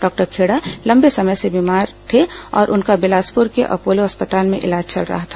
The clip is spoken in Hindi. डॉक्टर खेड़ा लंबे समय से बीमार थे और उनका बिलासपुर के अपोलो अस्पताल में इलाज चल रहा था